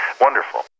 Wonderful